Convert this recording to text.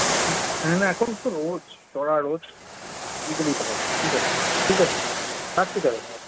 হুম না এখন তো রোদ চড়া রোদ বিকেলেই পাঠাবেন ঠিক আছে ঠিক আছে রাখছি তাহলে হ্যাঁ